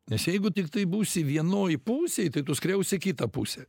nes jeigu tiktai būsi vienoj pusėj tai tu skriausi kitą pusę